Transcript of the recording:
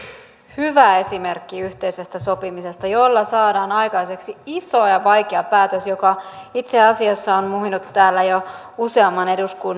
hyvä esimerkki yhteisestä sopimisesta jolla saadaan aikaiseksi iso ja vaikea päätös joka itse asiassa on muhinut täällä jo useamman